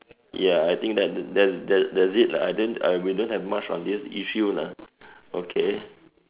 ya I think that that that's it lah I didn't we don't have much on this issue lah okay